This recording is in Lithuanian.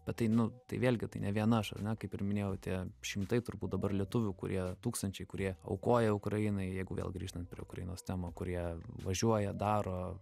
bet tai nu tai vėlgi tai ne vien ar ne kaip ir minėjau tie šimtai turbūt dabar lietuvių kurie tūkstančiai kurie aukoja ukrainai jeigu vėl grįžtant prie ukrainos tema kurie važiuoja daro